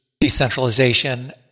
decentralization